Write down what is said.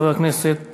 חבר הכנסת